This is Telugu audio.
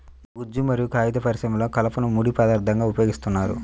గుజ్జు మరియు కాగిత పరిశ్రమలో కలపను ముడి పదార్థంగా ఉపయోగిస్తున్నారు